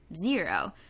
Zero